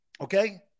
okay